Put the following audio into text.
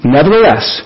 Nevertheless